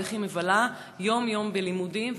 ואיך היא מבלה יום-יום בלימודים,